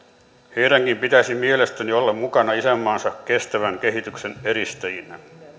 heidänkin pitäisi mielestäni olla mukana isänmaansa kestävän kehityksen edistäjinä